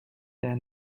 der